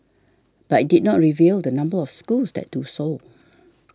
but it did not reveal the number of schools that do so